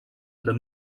under